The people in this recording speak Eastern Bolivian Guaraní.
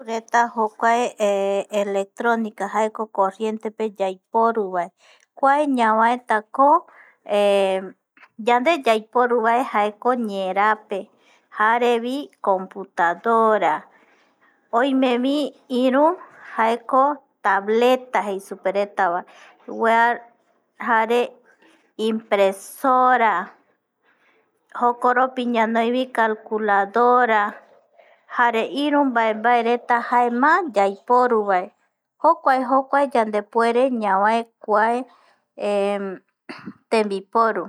Jokuae electronica jaejo corriente pe yaiporu vae, kuae ñavaetako, yande yaiporuvae jaeko ñeerape, jarevi computadora, oimevi iru jaeko tableta jei supevareta, kua jare ipresora, jokoropi ñanoivi calculadora, jare iru mbae, mbaereta jae má yaiporu vae, jokua, jokuareta ñavae kua tembiporu.